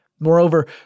Moreover